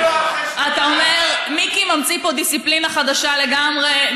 אתה אומר: מיקי ממציא פה דיסציפלינה חדשה לגמרי.